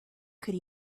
could